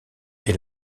est